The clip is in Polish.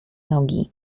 nogi